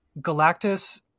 Galactus